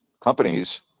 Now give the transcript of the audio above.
companies